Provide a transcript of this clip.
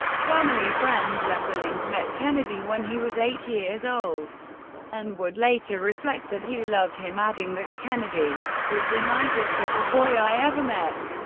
family friend lem billings met kennedy when he was eight years old and would later reflect that he loved him, adding that kennedy was the nicest little boy i ever met.